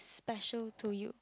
special to you